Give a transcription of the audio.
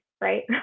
Right